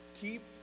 keep